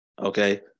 Okay